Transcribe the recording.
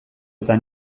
eta